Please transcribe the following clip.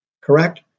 Correct